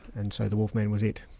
and so the wolf man was it.